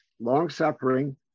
Long-suffering